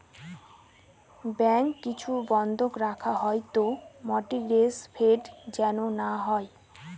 bank কিছু বন্ধক রাখা হয় তো মর্টগেজ ফ্রড যেন না হয়